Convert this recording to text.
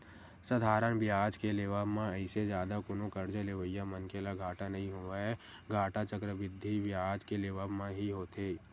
साधारन बियाज के लेवब म अइसे जादा कोनो करजा लेवइया मनखे ल घाटा नइ होवय, घाटा चक्रबृद्धि बियाज के लेवब म ही होथे